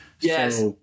Yes